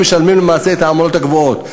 והם משלמים למעשה את העמלות הגבוהות.